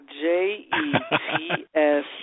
J-E-T-S